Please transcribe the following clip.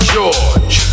George